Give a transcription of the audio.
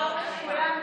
לא, אפשר להצביע.